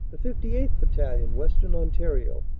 the fifty eighth. battalion, western ontario,